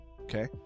okay